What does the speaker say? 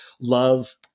Love